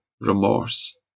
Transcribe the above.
remorse